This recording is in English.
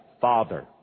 father